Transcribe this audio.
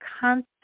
constant